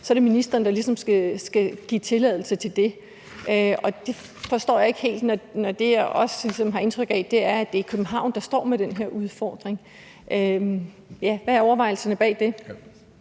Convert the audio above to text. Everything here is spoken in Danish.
er ministeren, der skal give tilladelse til det. Det forstår jeg ikke helt, når jeg ligesom også har indtryk af, at det er København, der står med den her udfordring. Hvad er overvejelserne bag det?